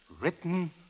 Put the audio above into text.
written